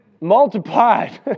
multiplied